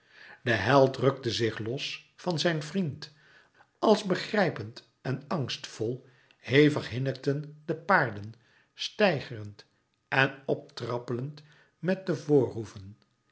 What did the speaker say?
de held rukte zich los van zijn vriend als begrijpend en angstvol hevig hinnikten de paarden steigerend en p trappelend met de voorhoeven